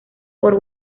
por